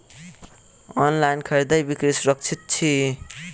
online खरीदै बिक्री सुरक्षित छी